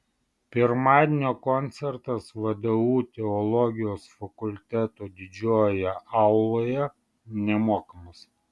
pirmadienio koncertas vdu teologijos fakulteto didžiojoje auloje nemokamas